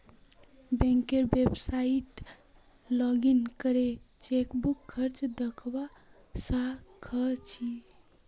बैंकेर website login करे chequebook खर्च दखवा स ख छि